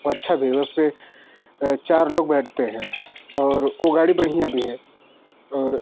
अच्छा भी है उस पर चार लोग बैठते हैं और वो गाड़ी बढ़िया भी है और